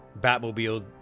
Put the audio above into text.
Batmobile